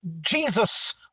Jesus